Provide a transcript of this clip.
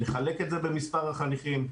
נחלק את זה במספר החניכים,